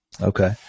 Okay